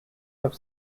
have